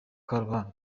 ruhande